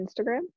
Instagram